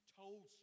told